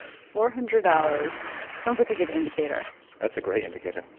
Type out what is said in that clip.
four hundred dollars sounds like a good indicator that's a great indicator.